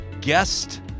guest